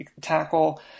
tackle